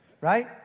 Right